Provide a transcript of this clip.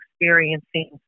experiencing